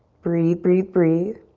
breathe, breathe, breathe.